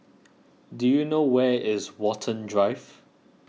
do you know where is Watten Drive